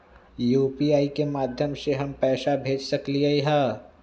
UPI के माध्यम से हम पैसा भेज सकलियै ह?